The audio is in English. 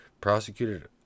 prosecuted